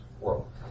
World